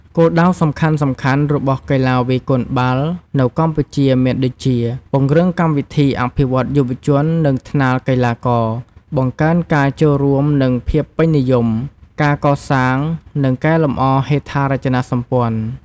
គោលដៅសំខាន់ៗ របស់កីឡាវាយកូនបាល់នៅកម្ពុជាមានដូចជា ពង្រឹងកម្មវិធីអភិវឌ្ឍន៍យុវជន និងថ្នាលកីឡាករ បង្កើនការចូលរួមនិងភាពពេញនិយម ការកសាង និងកែលម្អហេដ្ឋារចនាសម្ព័ន្ធ។